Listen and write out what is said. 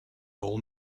old